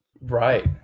Right